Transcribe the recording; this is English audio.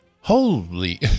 Holy